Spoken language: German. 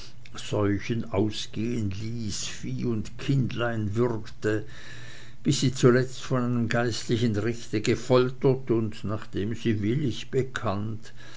ausgehen ließ vieh und kindlein würgte bis sie zuletzt von einem geistlichen gerichte gefoltert und nachdem sie willig bekannt